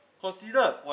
Consider